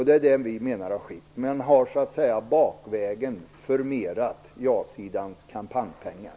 Det är det vi menar har skett. Man har så att säga bakvägen förmerat ja-sidans kampanjpengar.